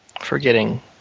forgetting